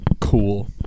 Cool